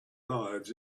lives